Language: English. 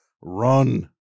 run